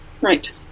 Right